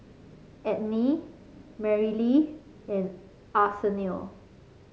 Enid Merrily and Arsenio